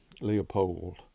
Leopold